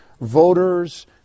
Voters